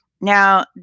Now